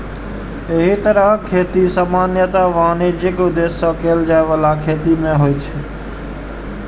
एहि तरहक खेती सामान्यतः वाणिज्यिक उद्देश्य सं कैल जाइ बला खेती मे होइ छै